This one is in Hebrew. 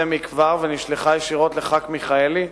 מכבר ונשלחה ישירות לחבר הכנסת מיכאלי,